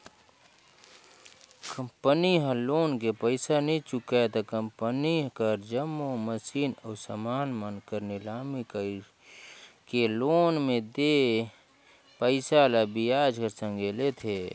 company ह loan के पइसा नी चुकाय त कंपनी कर जम्मो मसीन अउ समान मन कर लिलामी कइरके लोन में देय पइसा ल बियाज कर संघे लेथे